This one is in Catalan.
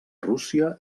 rússia